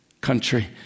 country